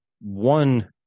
one